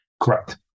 Correct